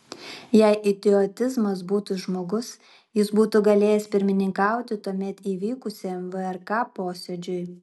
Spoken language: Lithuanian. jei idiotizmas būtų žmogus jis būtų galėjęs pirmininkauti tuomet įvykusiam vrk posėdžiui